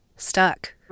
stuck